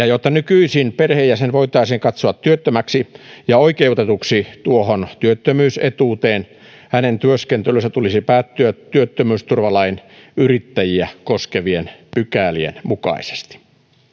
jotta nykyisin perheenjäsen voitaisiin katsoa työttömäksi ja oikeutetuksi tuohon työttömyysetuuteen hänen työskentelynsä tulisi päättyä työttömyysturvalain yrittäjiä koskevien pykälien mukaisesti